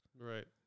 Right